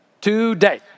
today